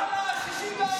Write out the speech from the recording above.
תודה רבה.